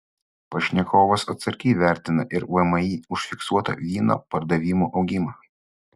pašnekovas atsargiai vertina ir vmi užfiksuotą vyno pardavimų augimą